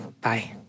Bye